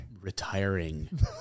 retiring